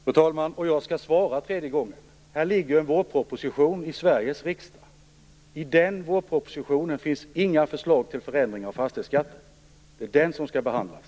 Fru talman! Jag skall svara tredje gången: Det har lagts fram en vårproposition i Sveriges riksdag. I den vårpropositionen finns inte några förslag till förändringar av fastighetsskatten. Det är den som skall behandlas.